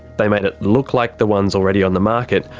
they made it look like the ones already on the market,